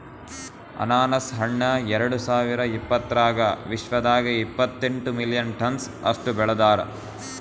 ಅನಾನಸ್ ಹಣ್ಣ ಎರಡು ಸಾವಿರ ಇಪ್ಪತ್ತರಾಗ ವಿಶ್ವದಾಗೆ ಇಪ್ಪತ್ತೆಂಟು ಮಿಲಿಯನ್ ಟನ್ಸ್ ಅಷ್ಟು ಬೆಳದಾರ್